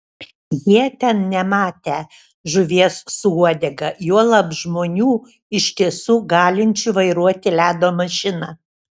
jie ten nematę žuvies su uodega juolab žmonių iš tiesų galinčių vairuoti ledo mašiną